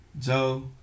Joe